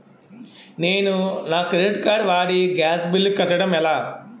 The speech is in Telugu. నేను నా క్రెడిట్ కార్డ్ వాడి గ్యాస్ బిల్లు కట్టడం ఎలా?